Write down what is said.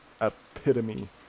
epitome